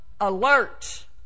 alert